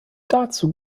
dazu